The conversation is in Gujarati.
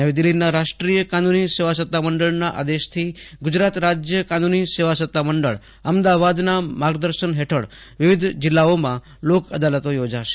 નવી દિલ્હીના રાષ્ટ્રીય કાનૂની સેવા સત્તમંડળના આદેશથી ગુજરાત રાજ્ય કાનૂની સેવા સત્તામંડળ અમદાવાદના માર્ગદર્શન હેઠળ વિવિધ જિલ્લાઓમાં લોક અદાલતો યોજાશે